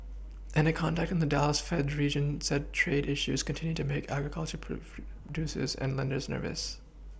and a contact in the Dallas fed's region said trade issues continue to make agricultural proof producers and lenders nervous